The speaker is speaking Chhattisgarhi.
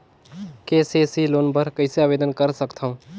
के.सी.सी लोन बर कइसे आवेदन कर सकथव?